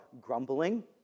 grumbling